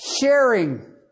Sharing